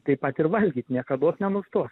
taip pat ir valgyt niekados nenustos